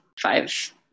five